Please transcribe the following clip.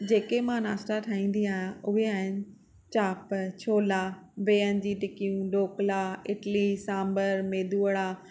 जेके मां नाश्ता ठाहींदी आहियां उहे आहिनि चाप छोला बिहनि जी टिकियूं ढोकला इडली सांबर मेदु वड़ा